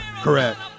Correct